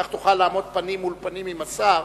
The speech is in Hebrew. וכך תוכל לעמוד פנים מול פנים עם השר.